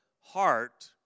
heart